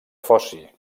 foci